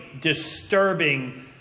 disturbing